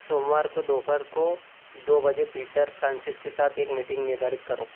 सोमवार को दोपहर को दो बजे पीटर फ्रांसिस के साथ एक मीटिंग निर्धारित करो